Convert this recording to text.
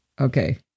Okay